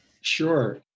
Sure